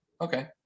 okay